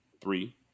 three